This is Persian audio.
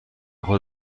خود